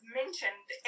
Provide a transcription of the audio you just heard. mentioned